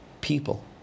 people